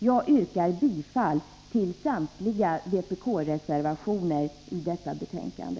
Jag yrkar bifall till samtliga vpk-reservationer i detta betänkande.